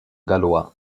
gallois